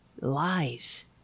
lies